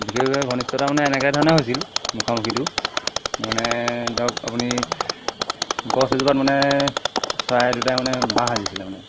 বিশেষভাৱে ঘনিষ্ঠতা মানে এনেকৈ ধৰণে হৈছিল মুখামুখিটো মানে ধৰক আপুনি গছ এজোপাত মানে চৰাই দুটাই মানে বাঁহ সাজিছিলে মানে